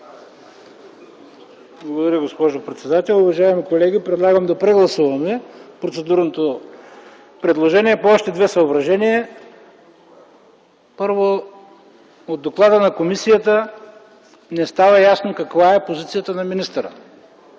Благодаря, госпожо председател. Уважаеми колеги, предлагам да прегласуваме процедурното предложение по още две съображения. Първо, от доклада на комисията не става ясно каква е позицията на министъра.